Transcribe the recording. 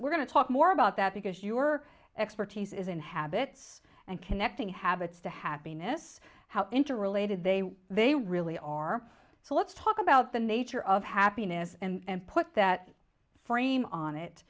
we're going to talk more about that because your expertise is in habits and connecting habits to happiness how interrelated they they really are so let's talk about the nature of happiness and put that frame on it